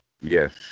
Yes